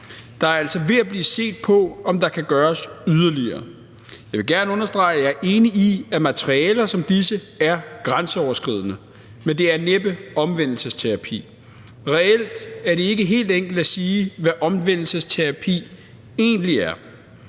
Der er altså ved at blive set på, om der kan gøres yderligere. Jeg vil gerne understrege, at jeg er enig i, at materialer som disse er grænseoverskridende, men det er næppe omvendelsesterapi. Reelt er det ikke helt enkelt at sige, hvad omvendelsesterapi egentlig er.